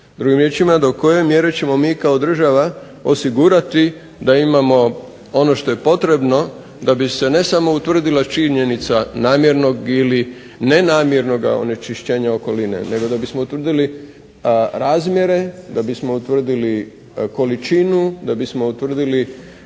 Drugim riječima, do koje mjere ćemo mi kao država osigurati da imamo ono što je potrebno da bi se ne samo utvrdila činjenica namjernog ili nenamjernoga onečišćenja okoline nego da bismo utvrdili razmjere, da bismo utvrdili količinu, da bismo utvrdili